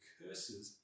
curses